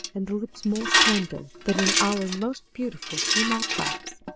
and the lips more slender, than in our most beautiful female types.